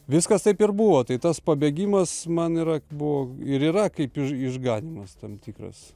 viskas taip ir buvo tai tas pabėgimas man yra buvo ir yra kaip ir išganymas tam tikras